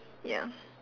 ya